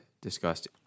discussed